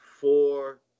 four